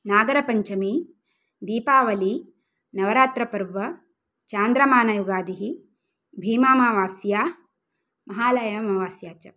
नागरपञ्चमी दीपावली नवरात्रपर्व चान्द्रमानयुगादिः भीमामावस्या महालयामावस्या च